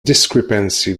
discrepancy